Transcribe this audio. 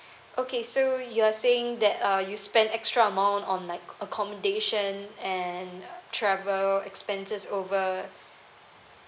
okay so you're saying that uh you spend extra more on like a accommodation and travel expenses over